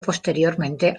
posteriormente